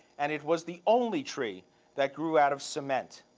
and it was the only tree that grew out of cement.